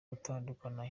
gutahukana